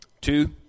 Two